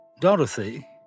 Dorothy